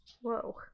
Whoa